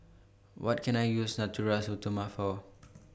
What Can I use Natura Stoma For